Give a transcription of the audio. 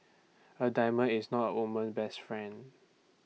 A diamond is not woman best friend